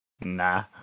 nah